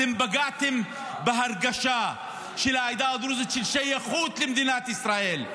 אתם פגעתם בהרגשה של העדה הדרוזית של שייכות למדינת ישראל.